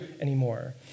anymore